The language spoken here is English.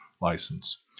license